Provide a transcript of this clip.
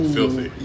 filthy